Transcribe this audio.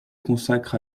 consacre